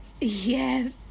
Yes